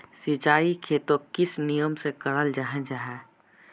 सिंचाई खेतोक किस नियम से कराल जाहा जाहा?